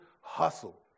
hustle